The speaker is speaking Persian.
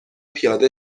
پیاده